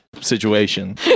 situation